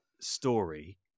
story